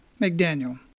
McDaniel